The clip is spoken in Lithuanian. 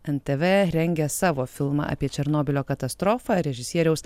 ntv rengia savo filmą apie černobylio katastrofą režisieriaus